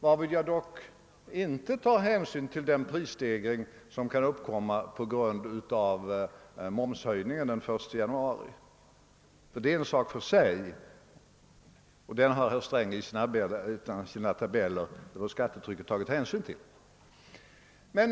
Här tar jag dock inte hänsyn till den prisstegring som uppkommer på grund av momshöjningen den 1 januari, den är en sak för sig, och herr Sträng har i sina tabeller över skattetrycket tagit hänsyn till den.